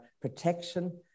protection